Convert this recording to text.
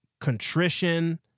contrition